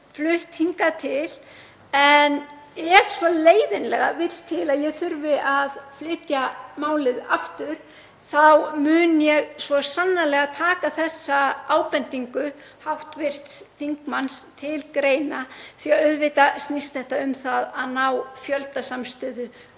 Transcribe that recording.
flutt hingað til en ef svo leiðinlega vill til að ég þurfi að flytja málið aftur þá mun ég svo sannarlega taka þessa ábendingu hv. þingmanns til greina því að auðvitað snýst þetta um að ná fjöldasamstöðu